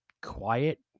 Quiet